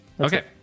Okay